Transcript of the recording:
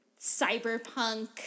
cyberpunk